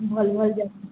ଭଲ ଭଲ ଜାଗା